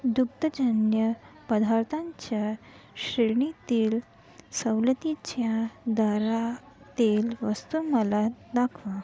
दुग्धजन्य पदार्थांच्या श्रेणीतील सवलतीच्या दरातील वस्तू मला दाखवा